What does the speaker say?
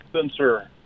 sensor